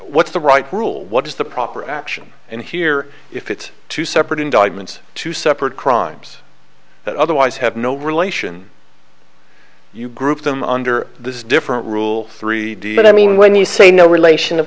what's the right rule what is the proper action and here if it's two separate indictments two separate crimes that otherwise have no relation you group them under this different rule three but i mean when you say no relation of